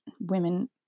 women